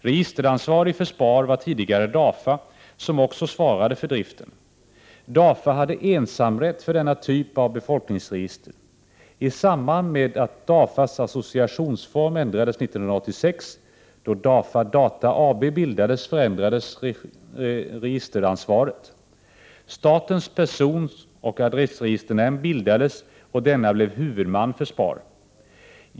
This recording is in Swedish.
Registeransvarig för SPAR var tidigare DAFA som också svarade för driften. DAFA hade ensamrätt till denna typ av befolkningsregister. I samband med att DAFA:s associationsform ändrades 1986 då DAFA Data AB bildades förändrades även registeransvaret. Statens personoch adressregisternämnd bildades, och denna blev huvudman för SPAR.